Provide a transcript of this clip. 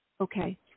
Okay